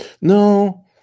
No